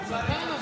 הוא עשה.